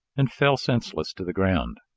and fell senseless to the ground.